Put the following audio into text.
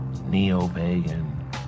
Neo-Pagan